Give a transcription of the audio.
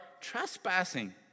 trespassing